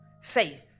Faith